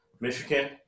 Michigan